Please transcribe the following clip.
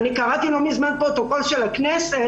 קראתי לא מזמן פרוטוקול של הכנסת,